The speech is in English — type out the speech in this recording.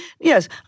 yes